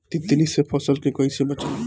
तितली से फसल के कइसे बचाई?